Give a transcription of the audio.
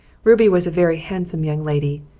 ruby was a very handsome young lady,